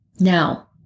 now